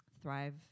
thrive